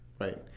Right